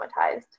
traumatized